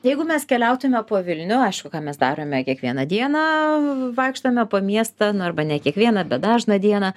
jeigu mes keliautume po vilnių aišku ką mes darome kiekvieną dieną vaikštome po miestą nu arba ne kiekvieną bet dažną dieną